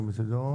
ירים את ידו.